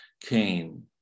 Cain